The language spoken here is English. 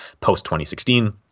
post-2016